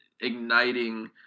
igniting